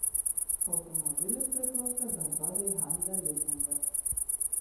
automobilis priklauso bendrovei hanza lizingas